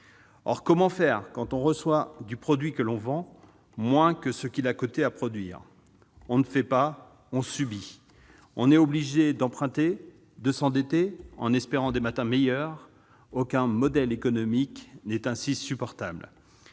Or comment faire quand l'on reçoit moins du produit que l'on vend que ce qu'il a coûté à produire ? On ne fait pas, on subit ! On est obligé d'emprunter, de s'endetter en espérant des lendemains meilleurs. Ce modèle économique n'est aucunement supportable.